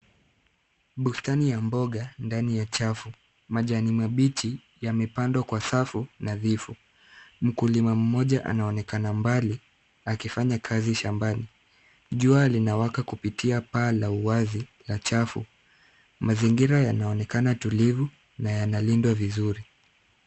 Bustani ya mboga ndani ya chafu. Majani mabichi yamepandwa kwa safu nadhifu. Mkulima mmoja anaonekana mbali akifanya kazi shambani. Jua linawaka kupitia paa la uwazi la chafu. Mazingira yanaonekana tulivu na yanalindwa vizuri.